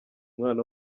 mwana